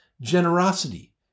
generosity